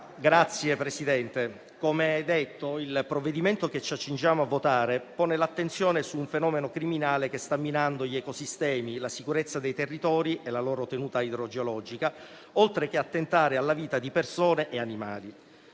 Signor Presidente, come detto, il provvedimento che ci accingiamo a votare pone l'attenzione su un fenomeno criminale che sta minando gli ecosistemi, la sicurezza dei territori e la loro tenuta idrogeologica, oltre che attentare alla vita di persone e animali.